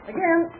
Again